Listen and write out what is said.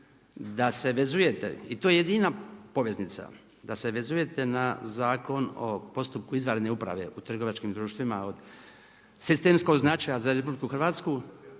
da se vezujete i to je jedina poveznica, da se vezujete na Zakon o postupku izvanredne uprave u trgovačkim društvima od sistemskog značaja za RH uspjeli